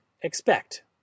expect